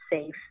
safe